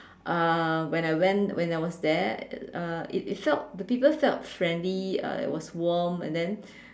uh when I went when I was there uh it it felt the people felt friendly uh it was warm and then